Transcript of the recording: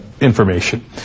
Information